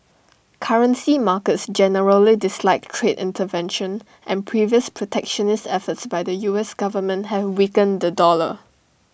currency markets generally dislike trade intervention and previous protectionist efforts by the us government have weakened the dollar